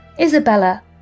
Isabella